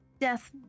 death